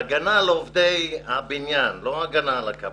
ההגנה על עובדי הבניין, לא ההגנה על הקבלנים.